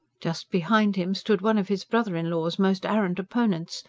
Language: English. just behind him stood one of his brother-in-law's most arrant opponents,